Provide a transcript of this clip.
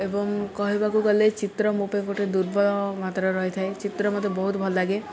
ଅ ଏବଂ କହିବାକୁ ଗଲେ ଚିତ୍ର ମୋ ପାଇଁ ଗୋଟିଏ ଦୁର୍ବଳ ମାତ୍ରାରେ ରହିଥାଏ ଚିତ୍ର ମୋତେ ବହୁତ ଭଲ ଲାଗେ